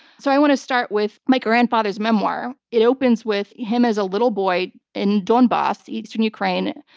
so i want to start with my grandfather's memoir. it opens with him as a little boy in donbass, eastern ukraine,